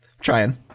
Trying